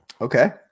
Okay